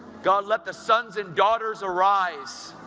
god, let the sons and daughters arise,